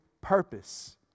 purpose